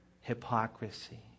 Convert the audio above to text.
hypocrisy